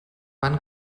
van